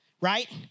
right